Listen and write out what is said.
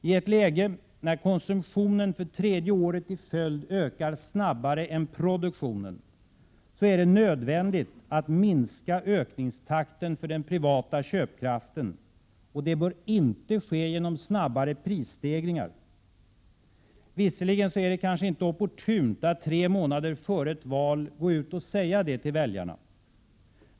I ett läge där konsumtionen för tredje året i följd ökar snabbare än produktionen är det nödvändigt att minska ökningstakten för den privata köpkraften, och det bör inte ske genom snabbare prisstegringar. Visserligen är det kanske inte opportunt att tre månader före ett val gå ut och säga det till väljarna.